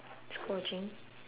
s~ watching